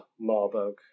Marburg